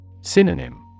Synonym